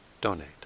donate